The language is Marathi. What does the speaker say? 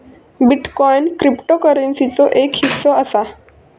बिटकॉईन क्रिप्टोकरंसीचोच एक हिस्सो असा